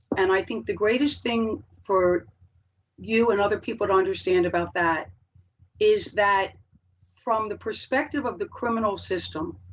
and i think the greatest thing for you and other people to understand about that is, that from the perspective of the criminal system,